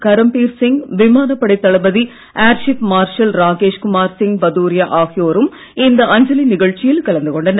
கரம்பீர் சிங் விமானப்படை தளபதி air chief marshal Rakesh Kumar Singh Bhadauria ஆகியோரும் இந்த அஞ்சலி நிகழ்ச்சியில் கலந்து கொண்டனர்